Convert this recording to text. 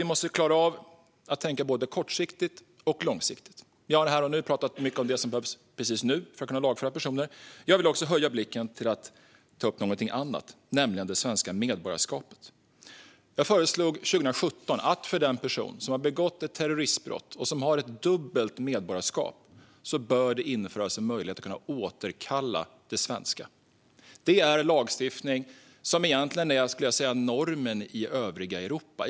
Vi måste klara av att tänka både kortsiktigt och långsiktigt. Här och nu har vi talat mycket om det som behövs precis nu för att kunna lagföra personer. Jag vill höja blicken och ta upp något annat, nämligen det svenska medborgarskapet. År 2017 föreslog jag att för den person som har begått ett terroristbrott och som har dubbelt medborgarskap bör det införas en möjlighet att kunna återkalla det svenska. Sådan lagstiftning är egentligen norm i det övriga Europa.